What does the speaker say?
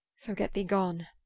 so get thee gone,